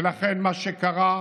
ולכן מה שקרה,